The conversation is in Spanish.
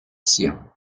siembra